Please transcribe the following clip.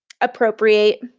appropriate